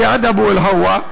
זיאד אבו אל-הווא,